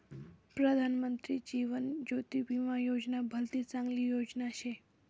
प्रधानमंत्री जीवन ज्योती विमा योजना भलती चांगली योजना शे